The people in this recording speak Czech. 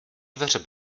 dveře